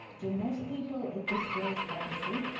do and most people at this dose fall asleep?